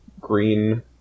green